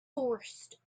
forced